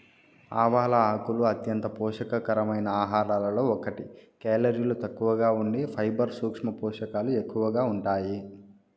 ఆవాల ఆకులు అంత్యంత పోషక కరమైన ఆహారాలలో ఒకటి, కేలరీలు తక్కువగా ఉండి ఫైబర్, సూక్ష్మ పోషకాలు ఎక్కువగా ఉంటాయి